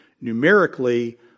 numerically